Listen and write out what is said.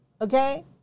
okay